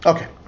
Okay